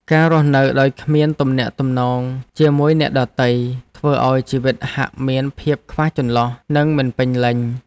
ការរស់នៅដោយគ្មានទំនាក់ទំនងជាមួយអ្នកដទៃ ធ្វើឱ្យជីវិតហាក់មានភាពខ្វះចន្លោះនិងមិនពេញលេញ។